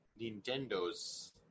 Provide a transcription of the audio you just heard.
Nintendo's